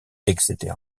etc